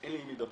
מסכימה.